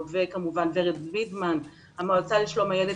וכמובן עם ורד וינדמן מהמועצה לשלום הילד.